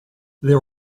there